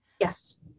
Yes